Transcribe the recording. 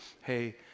Hey